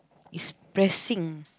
it's pressing